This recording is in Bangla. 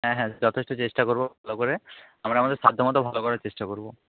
হ্যাঁ হ্যাঁ যথেষ্ট চেষ্টা করবো ভালো করে আমরা আমাদের সাধ্য মতো ভালো করার চেষ্টা করবো